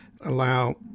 allow